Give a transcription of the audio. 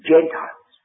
Gentiles